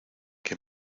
que